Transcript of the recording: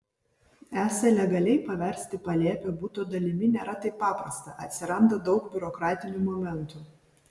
esą legaliai paversti palėpę buto dalimi nėra taip paprasta atsiranda daug biurokratinių momentų